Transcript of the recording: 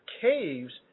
caves